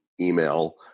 email